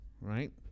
right